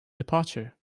departure